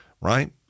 right